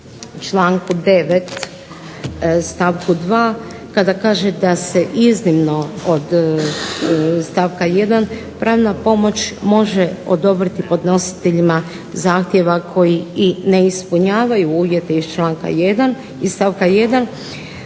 članku 9. u stavku 2. kada kaže da se iznimno od stavka 1. pravna pomoć može odobriti podnositeljima zahtjeva koji i ne ispunjavaju uvjete iz stavka 1. ako je